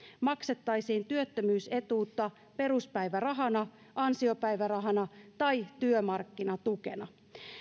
maksettaisiin työttömyysetuutta peruspäivärahana ansiopäivärahana tai työmarkkinatukena